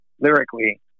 lyrically